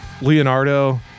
Leonardo